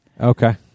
Okay